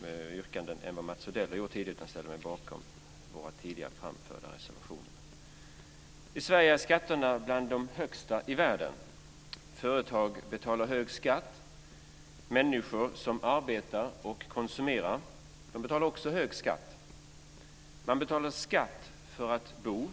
göra några andra yrkanden än vad Mats Odell gjorde tidigare. Jag ställer mig bakom våra tidigare framförda reservationer. I Sverige är skatterna bland de högsta i världen. Företag betalar hög skatt. Människor som arbetar och konsumerar betalar också hög skatt. Man betalar skatt för att bo.